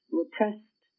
repressed